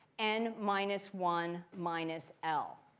n minus one minus l.